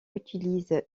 utilise